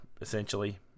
essentially